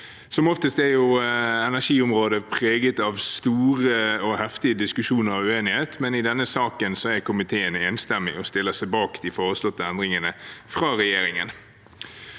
Som oftest er energiområdet preget av store, heftige diskusjoner og uenighet, men i denne saken er komiteen enstemmig og stiller seg bak de foreslåtte endringene fra regjeringen.